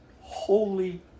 holy